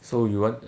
so you want